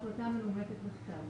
בהחלטה מנומקת בכתב.